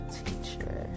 teacher